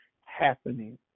happening